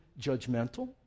judgmental